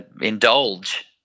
indulge